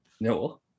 No